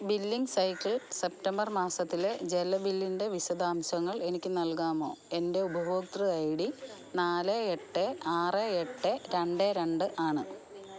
billing cycle September മാസത്തിലെ ജലബില്ലിൻ്റെ വിശദാംശങ്ങൾ എനിക്ക് നൽകാമോ എൻ്റെ ഉപഭോക്തൃ ഐ ഡി നാല് എട്ട് ആറ് എട്ട് രണ്ട് രണ്ട് ആണ്